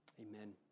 amen